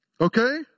Okay